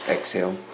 Exhale